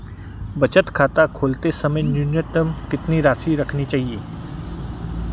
बचत खाता खोलते समय न्यूनतम कितनी राशि रखनी चाहिए?